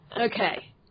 okay